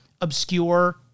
obscure